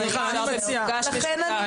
מיכל,